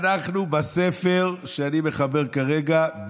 אנחנו בספר שאני מחבר כרגע,